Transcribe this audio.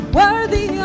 worthy